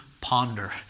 ponder